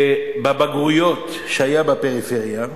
בבגרויות שהיתה בפריפריה,